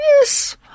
yes